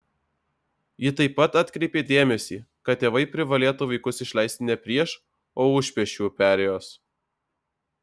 ji taip pat atkreipė dėmesį kad tėvai privalėtų vaikus išleisti ne prieš o už pėsčiųjų perėjos